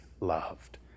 loved